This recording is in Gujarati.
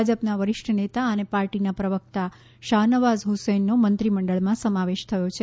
ભાજપના વરિષ્ઠ નેતા અને પાર્ટીના પ્રવક્તા શાહનવાઝ હ્સેનનો મંત્રીમંડળમાં સમાવેશ થયો છે